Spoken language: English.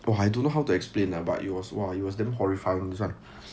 !wah! I don't know how to explain lah but it was !wah! it was damn horrifying